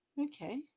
Okay